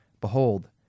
Behold